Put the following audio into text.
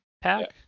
pack